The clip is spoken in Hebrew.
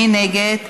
מי נגד?